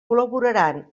col·laboraran